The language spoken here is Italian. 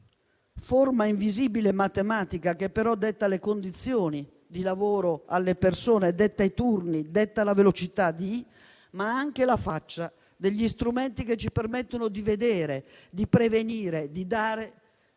formula invisibile matematica che però detta le condizioni di lavoro alle persone, i turni e la velocità, ma ha anche la faccia degli strumenti che ci permettono di vedere, di prevenire e di dare